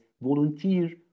volunteer